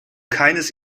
keines